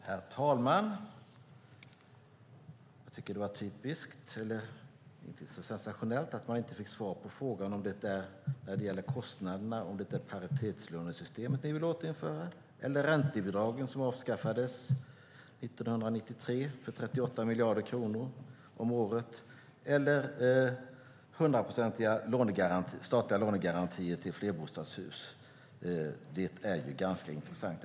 Herr talman! Jag tycker att det var typiskt - eller inte sensationellt - att man inte fick svar på frågan om det när det gäller kostnaderna är paritetslönesystemet ni vill återinföra eller om det är räntebidragen, som avskaffades 1993 för 38 miljarder kronor om året. Eller är det de hundraprocentiga statliga lånegarantierna till flerbostadshus? Det är ganska intressant.